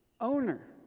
owner